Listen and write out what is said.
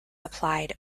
applied